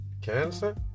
Cancer